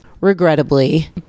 regrettably